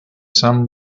san